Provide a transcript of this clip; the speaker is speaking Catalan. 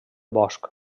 bosc